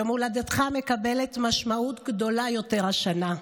יום הולדתך מקבל משמעות גדולה יותר השנה.